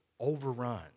overrun